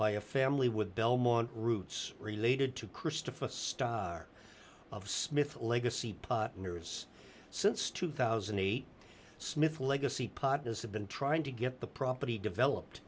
by a family with belmont roots related to christopher a star of smith legacy partners since two thousand and eight smith legacy pot as have been trying to get the property developed